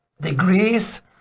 degrees